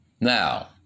Now